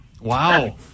Wow